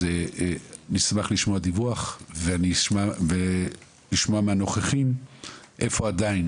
אז נשמח לשמוע דיווח, ולשמוע מהנוכחים איפה עדיין